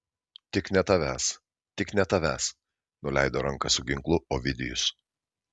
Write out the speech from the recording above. tik ne tavęs tik ne tavęs nuleido ranką su ginklu ovidijus